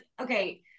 Okay